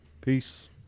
Peace